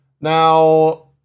Now